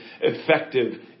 effective